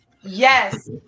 Yes